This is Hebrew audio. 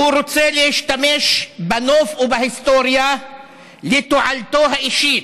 והוא רוצה להשתמש בנוף ובהיסטוריה לתועלתו האישית